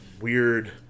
weird